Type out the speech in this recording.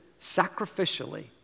sacrificially